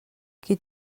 qui